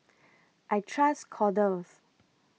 I Trust Kordel's